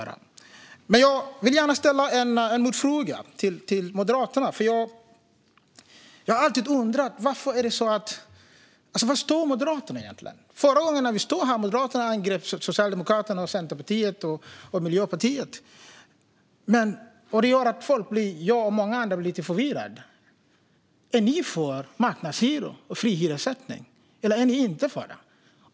Men jag vill gärna ställa en motfråga till Moderaterna. Jag har alltid undrat var Moderaterna står egentligen. Förra gången när vi stod här angrep Moderaterna Socialdemokraterna, Centerpartiet och Miljöpartiet, och det gör att jag och många andra blir lite förvirrade. Är ni för marknadshyror och fri hyressättning eller inte?